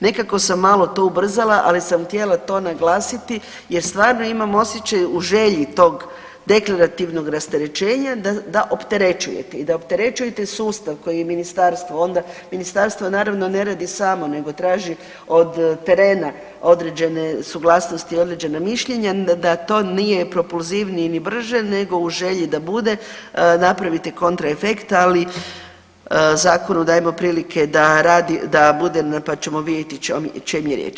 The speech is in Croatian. Nekako sam malo to ubrzala, ali sam htjela to naglasiti jer stvarno imam osjećaj u želji tog deklarativnog rasterećenja da opterećujete i da opterećujete sustav koji je ministarstvo onda ministarstvo naravno ne radi samo nego traži od terena određene suglasnosti i određena mišljenja da to nije propulzivnije ni brže nego u želji da bude napravite kontraefekt, ali zakonu dajmo prilike da radi, da bude, pa ćemo vidjeti o čem je riječ.